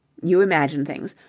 you imagine things.